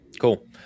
Cool